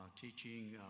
teaching